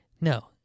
no